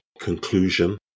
conclusion